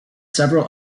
several